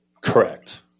Correct